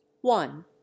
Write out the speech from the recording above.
one